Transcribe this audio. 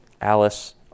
Alice